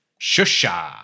Shusha